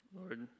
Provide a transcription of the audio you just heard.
Lord